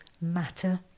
matter